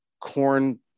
corn